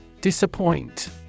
Disappoint